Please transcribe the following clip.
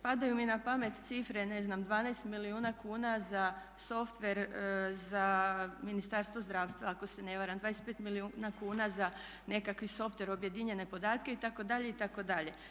Padaju mi na pamet cifre, ne znam 12 milijuna kuna za softver za Ministarstvo zdravstva ako se ne varam, 25 milijuna kuna za nekakav softver, objedinjene podatke itd., itd.